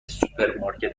سوپرمارکت